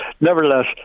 nevertheless